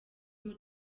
muri